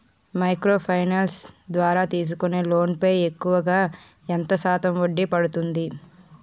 Micro finance ద్వారా తీసుకునే loan పై ఎక్కువుగా ఎంత శాతం వడ్డీ పడుతుంది?